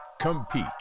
Compete